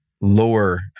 lower